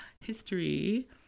history